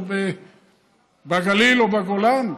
בגליל או בגולן?